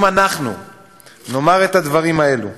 אם אנחנו נאמר את הדברים האלה